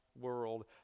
world